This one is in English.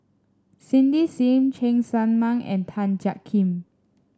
Cindy Sim Cheng Tsang Man and Tan Jiak Kim